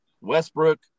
Westbrook